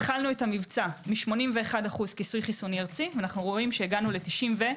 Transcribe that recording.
התחלנו את המבצע מ-81% כיסוי חיסוני ארצי והגענו ל-93%.